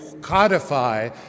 codify